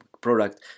product